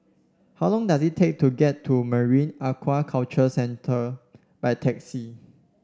how long does it take to get to Marine Aquaculture Centre by taxi